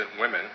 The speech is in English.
women